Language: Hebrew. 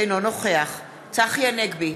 אינו נוכח צחי הנגבי,